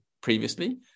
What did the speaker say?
previously